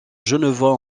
genevois